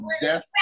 death